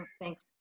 Thanks